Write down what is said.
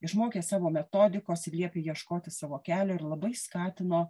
išmokė savo metodikos ir liepė ieškoti savo kelio ir labai skatino